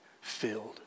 filled